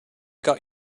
got